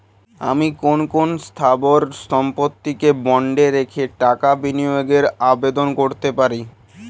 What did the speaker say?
আমি কোন কোন স্থাবর সম্পত্তিকে বন্ডে রেখে টাকা বিনিয়োগের আবেদন করতে পারি?